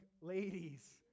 ladies